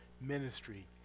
ministry